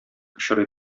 очрый